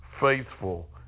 faithful